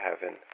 heaven